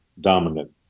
dominant